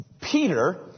Peter